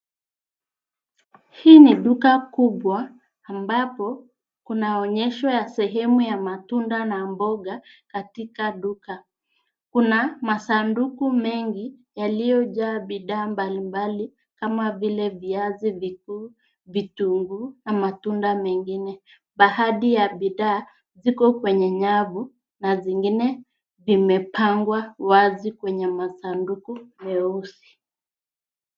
Hii ni duka kubwa ambapo kunaonyeshwa sehemu ya matunda na mboga katika duka. Kuna masanduku mengi yaliyojaa bidhaa mbalimbali kama vile viazi vikuu, vitunguu na matunda mengine. Baadhi ya bidhaa ziko kwenye nyavu na zingine vimepangwa wazi kwenye masanduku meusi.